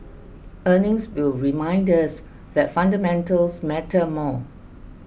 earnings will remind us that fundamentals matter more